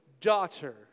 daughter